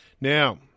Now